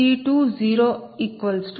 0 p